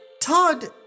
Todd